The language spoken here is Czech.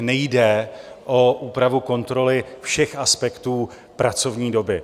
Nejde o úpravu kontroly všech aspektů pracovní doby.